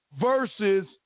Versus